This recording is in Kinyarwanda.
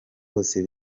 bose